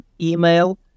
email